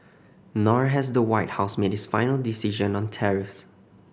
nor has the White House made its final decision on tariffs